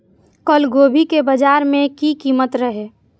कल गोभी के बाजार में की कीमत रहे?